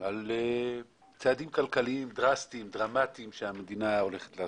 על צעדים כלכליים דרסטיים ודרמטיים שהמדינה הולכת לעשות.